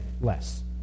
less